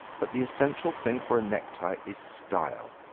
but the essential thing for a necktie is style.